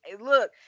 look